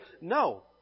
No